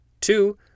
Two